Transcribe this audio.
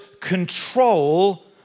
control